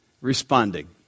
responding